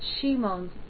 Shimon